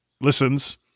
listens